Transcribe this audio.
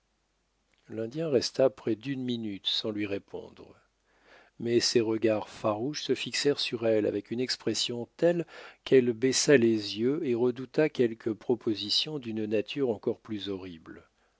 l'indien resta près d'une minute sans lui répondre mais ses regards farouches se fixèrent sur elle avec une expression telle qu'elle baissa les yeux et redouta quelque proposition d'une nature encore plus horrible